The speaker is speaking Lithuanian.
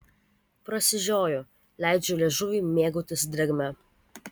prasižioju leidžiu liežuviui mėgautis drėgme